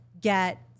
get